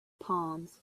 palms